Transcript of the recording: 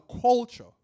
culture